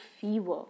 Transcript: fever